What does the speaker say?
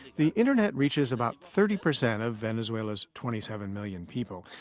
the internet reaches about thirty percent of venezuela's twenty seven million people.